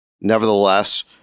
Nevertheless